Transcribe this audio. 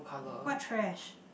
what trash